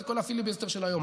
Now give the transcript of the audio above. את כל הפיליבסטר של היומיים.